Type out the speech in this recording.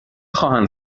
خواهند